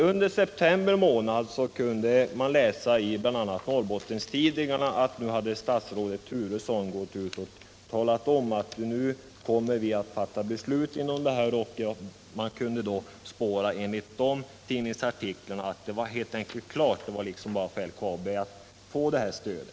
Under september månad kunde man bl.a. i Norrbottenstidningarna läsa att statsrådet Turesson hade talat om att regeringen nu kommer att fatta beslut om ett sådant stöd. Enligt dessa tidningsuppgifter skulle det hela vara klart —- det var för LKAB bara att få detta stöd.